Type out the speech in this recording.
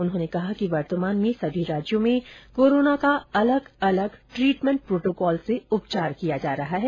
उन्होंने कहा कि वर्तमान में सभी राज्यों में कोरोना का अलग अलग ट्रीटमेंट प्रोटोकॉल से उपचार किया जा रहा है